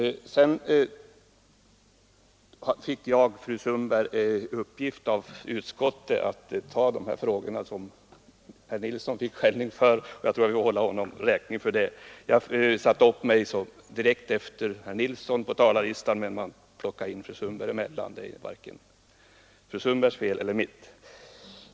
Jag fick, fru Sundberg, i uppgift att svara för de frågor som herr Nilsson i Kristianstad nu fick utskällning för, och jag tror att vi får hålla honom räkning för det. Jag satte upp mig direkt efter herr Nilsson på talarlistan, men man tog in fru Sundberg emellan — och det är varken fru Sundbergs fel eller mitt.